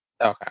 Okay